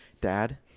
dad